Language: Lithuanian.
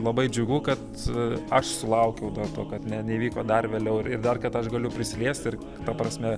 labai džiugu kad aš sulaukiau dar to kad ne neįvyko dar vėliau ir dar kad aš galiu prisiliest ir ta prasme